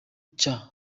cya